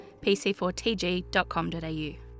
pc4tg.com.au